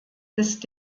ist